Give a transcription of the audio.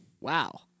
Wow